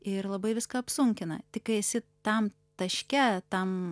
ir labai viską apsunkina tik kai esi tam taške tam